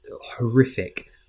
horrific